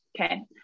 Okay